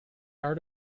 art